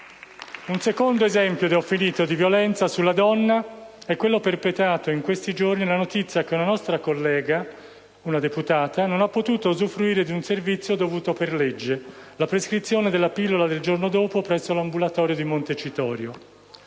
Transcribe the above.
Un secondo esempio di violenza sulla donna è quello perpetrato in questi giorni: mi riferisco alla notizia che una nostra collega deputata non ha potuto usufruire di un servizio dovuto per legge, quale la prescrizione della cosiddetta pillola del giorno dopo, presso l'ambulatorio di Montecitorio.